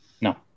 No